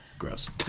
Gross